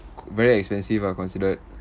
very expensive ah considered